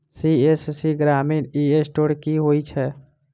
CSC ग्रामीण e store की होइ छै?